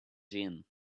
gym